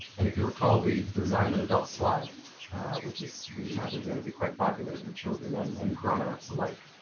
and if you recall we designed that adult slide which is we imagine is going to be quite popular for children and and grownups like.